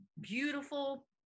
beautiful